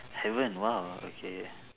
heaven !wah! okay